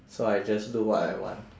so I just do what I want